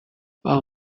all